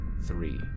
three